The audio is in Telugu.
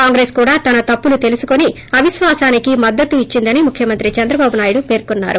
కాంగ్రెస్ కూడా తన తప్పులు తెలుసుకోని అవిశ్వాసానికి మద్దతు ఇచ్చిందని ముఖ్యమంత్రి చంద్రబాబు నాయుడు పేర్కొన్నారు